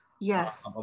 Yes